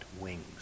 wings